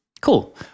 Cool